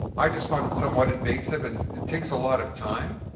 i just found it somewhat invasive and it takes a lot of time.